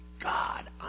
God